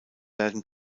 werden